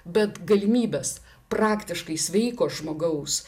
bet galimybės praktiškai sveiko žmogaus